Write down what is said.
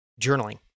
journaling